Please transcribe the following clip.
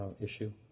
issue